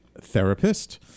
therapist